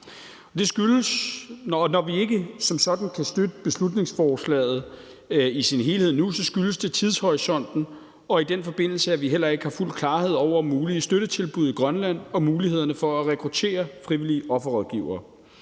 Når vi ikke som sådan kan støtte beslutningsforslaget i sin helhed nu, skyldes det tidshorisonten, og at vi i den forbindelse heller ikke har fuld klarhed over mulige støttetilbud i Grønland og mulighederne for at rekruttere frivillige offerrådgivere.